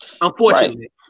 unfortunately